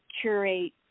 curate